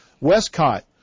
Westcott